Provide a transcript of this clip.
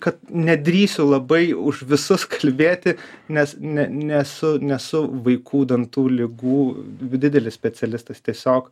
kad nedrįsiu labai už visus kalbėti nes ne nesu nesu vaikų dantų ligų didelis specialistas tiesiog